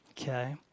Okay